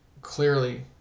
clearly